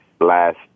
last